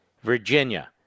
Virginia